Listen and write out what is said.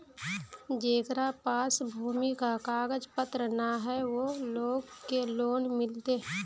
जेकरा पास भूमि का कागज पत्र न है वो लोग के लोन मिलते?